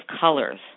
colors